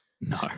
no